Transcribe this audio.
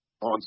On